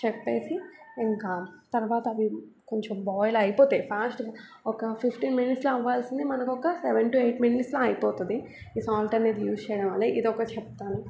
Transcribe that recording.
చెప్పేసి ఇంకా తర్వాత అవి కొంచెం బాయిల్ అయిపోతాయి ఫాస్ట్గా ఒక ఫిఫ్టీన్ మినిట్స్లో అవ్వాల్సింది మనం ఒక సెవెన్ టూ ఎయిట్ మినిట్స్లో అయిపోతుంది ఈ సాల్ట్ అనేది యూస్ చేయడం వల్ల ఇది ఒకటి చెప్తాను